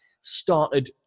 started